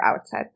outside